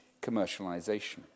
commercialisation